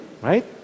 right